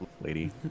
lady